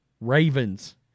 Ravens